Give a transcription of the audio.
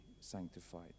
sanctified